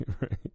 right